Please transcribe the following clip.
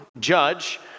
judge